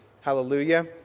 hallelujah